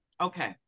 Okay